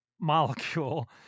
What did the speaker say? molecule